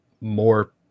more